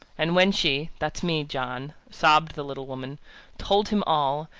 and when she that's me, john, sobbed the little woman told him all,